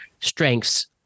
strengths